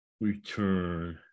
return